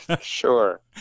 Sure